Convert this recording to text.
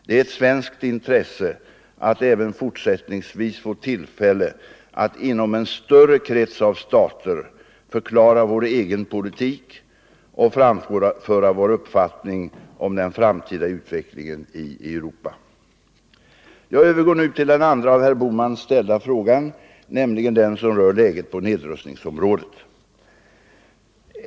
Det är ett svenskt intresse att även fortsättningsvis få tillfälle att inom en större krets av stater förklara vår egen politik och framföra vår uppfattning om den framtida utvecklingen i Europa. Jag övergår nu till den andra av herr Bohman ställda frågan, nämligen den som rör läget på nedrustningsområdet.